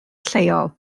lleol